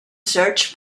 search